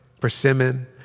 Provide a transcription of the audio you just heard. persimmon